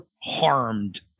harmed